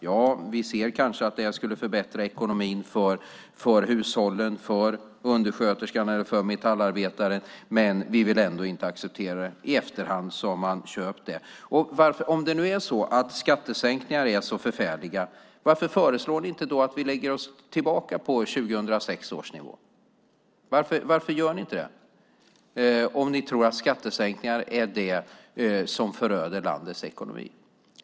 Ja, vi ser kanske att det skulle förbättra ekonomin för hushållen, för undersköterskan och metallarbetaren, men vi vill ändå inte acceptera det. I efterhand har de dock köpt förslaget. Om skattesänkningar nu är så förfärliga undrar jag varför de då inte föreslår att vi går tillbaka och lägger oss på 2006 års nivå. Varför gör man inte det om man tror att skattesänkningar är det som föröder landets ekonomi?